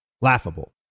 laughable